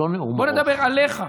בוא נדבר עליך,